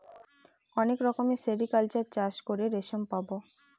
অনেক রকমের সেরিকালচার চাষ করে রেশম পাবো